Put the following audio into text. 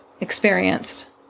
experienced